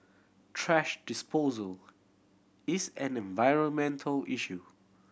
thrash disposal is an environmental issue